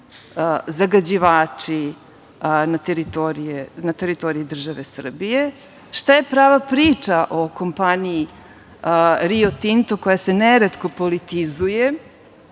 zagađivači, na teritoriji države Srbije, šta je prava priča o kompaniji Rio Tinto koja se neretko politizuje?